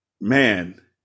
man